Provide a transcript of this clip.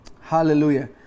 Hallelujah